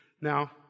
Now